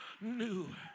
new